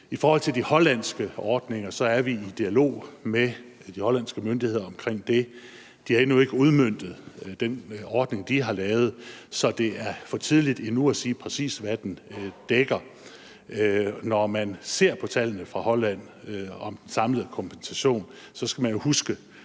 I forhold til de hollandske ordninger er vi i dialog med de hollandske myndigheder omkring det. De har endnu ikke udmøntet den ordning, de har lavet, så det er for tidligt endnu at sige, præcis hvad den dækker. Når man ser på tallene fra Holland over den samlede kompensation, skal man jo huske,